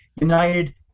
united